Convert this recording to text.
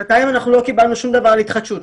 בינתיים אנחנו לא קיבלנו שום דבר על התחדשות,